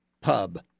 pub